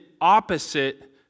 opposite